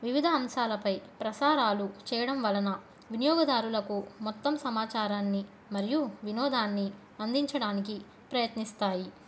వివిధ అంశాలపై ప్రసారాలు చేయడం వలన వినియోగదారులకు మొత్తం సమాచారాన్ని మరియు వినోదాన్ని అందించడానికి ప్రయత్నిస్తాయి